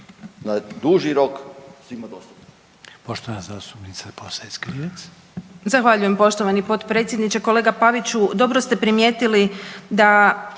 na duži rok svima dostupno.